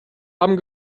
haben